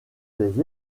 des